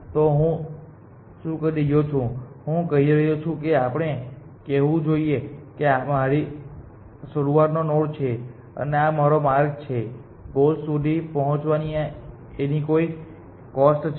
તો હું શું કરી રહ્યો છું હું કહી રહ્યો છું કે આપણે કહેવું જોઈએ કે આ મારી શરૂઆત નો નોડ છે અને આ મારો માર્ગ છે ગોલ સુધી પોંહચવાની એની કોઈ કોસ્ટ છે